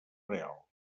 real